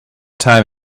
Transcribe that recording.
time